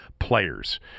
players